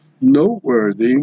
Noteworthy